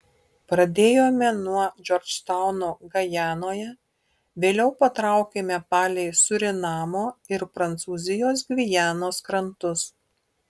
pradėjome nuo džordžtauno gajanoje vėliau patraukėme palei surinamo ir prancūzijos gvianos krantus